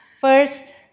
First